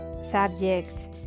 subject